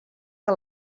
que